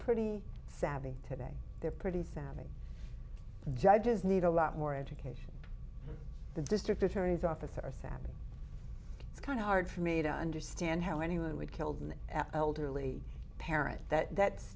pretty savvy today they're pretty savvy judges need a lot more education the district attorney's office or sat it's kind of hard for me to understand how anyone would killed an elderly parent that that's